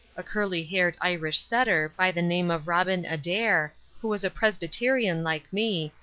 a curly-haired irish setter by the name of robin adair, who was a presbyterian like me,